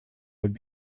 would